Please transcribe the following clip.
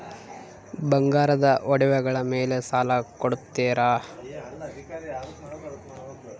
ಬಂಗಾರದ ಒಡವೆಗಳ ಮೇಲೆ ಸಾಲ ಕೊಡುತ್ತೇರಾ?